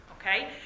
okay